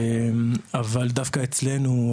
אבל דווקא אצלנו,